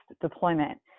deployment